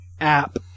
app